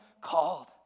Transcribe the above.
called